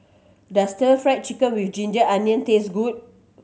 does Stir Fry Chicken with ginger onion taste good